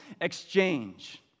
exchange